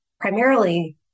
primarily